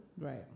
Right